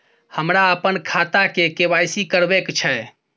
हमरा अपन खाता के के.वाई.सी करबैक छै